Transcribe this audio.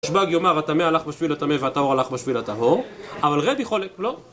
רשב"ג יאמר הטמא הלך בשביל הטמא והטהור הלך בשביל הטהור, אבל רבי חולק, לא.